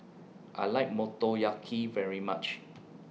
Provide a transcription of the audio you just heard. I like Motoyaki very much